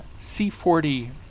C40